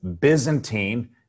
Byzantine